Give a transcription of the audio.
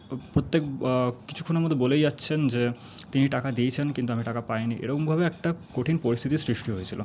প্রত্যেক কিছুক্ষণের মধ্যে বলেই যাচ্ছেন যে তিনি টাকা দিয়েছেন কিন্তু আমি টাকা পাইনি এরমভাবে একটা কঠিন পরিস্থিতির সৃষ্টি হয়েছিলো